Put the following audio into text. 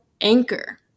Anchor